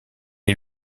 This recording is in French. est